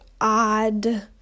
odd